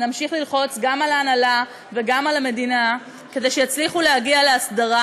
ונמשיך ללחוץ גם על ההנהלה וגם על המדינה כדי שיצליחו להגיע להסדרה,